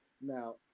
Now